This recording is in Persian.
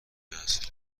اصل